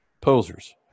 posers